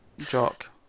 Jock